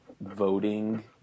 voting